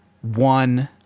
one